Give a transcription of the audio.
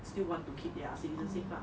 still want to keep their citizens save lah